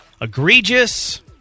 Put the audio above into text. Egregious